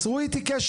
צרו איתי קשר.